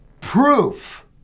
proof